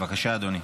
בבקשה, אדוני.